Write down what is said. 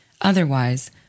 Otherwise